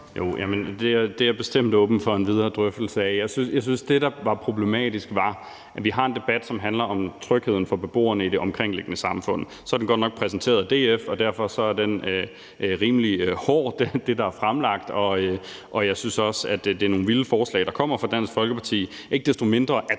Det er jeg bestemt åben over for en videre drøftelse af. Det, som jeg syntes var problematisk, var, at vi har en debat, som handler om tryghed for beboerne i det omkringliggende samfund. Så er det godt nok præsenteret af DF, og derfor er det, der er fremlagt, rimelig hårdt, og jeg synes også, at det er nogle vilde forslag, der kommer fra Dansk Folkeparti. Ikke desto mindre er